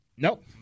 Nope